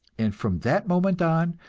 and from that moment on,